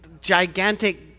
gigantic